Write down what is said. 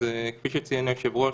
כפי שציין היושב-ראש,